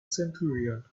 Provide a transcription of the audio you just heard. centurion